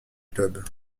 club